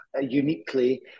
uniquely